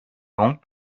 donc